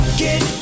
get